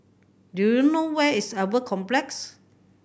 do you know where is Albert Complex